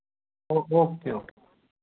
oh okay okay